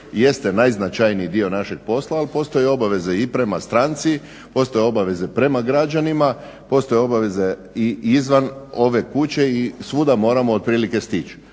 jeste najznačajniji dio našeg posla, ali postoje obaveze i prema stranci, postoje obaveze prema građanima, postoje obaveze i izvan ove kuće i svuda moramo otprilike stići.